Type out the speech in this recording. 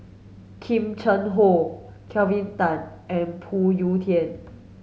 Kim Cheng Hoe Kelvin Tan and Phoon Yew Tien